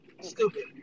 Stupid